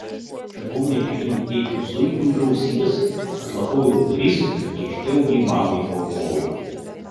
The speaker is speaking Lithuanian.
čiupau medžiaginį tėčio zuikį už ausies atlapojau duris ir tėškiau jį mamai po kojų